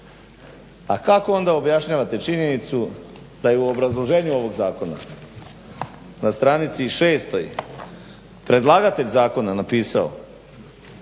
A kako onda objašnjavate činjenicu da je u obrazloženju ovog zakona na stranici 6. predlagatelj zakona napisao